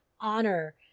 honor